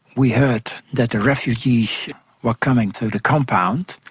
we heard that the refugees were coming to the compound,